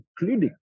including